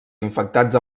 infectats